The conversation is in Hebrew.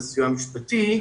בסיוע המשפטי,